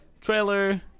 Trailer